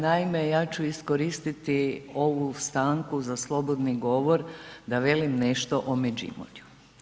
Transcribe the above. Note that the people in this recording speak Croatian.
Naime, ja ću iskoristiti ovu stanku za slobodni govor, da velim nešto o Međumurju.